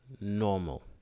normal